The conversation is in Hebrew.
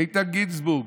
איתן גינזבורג,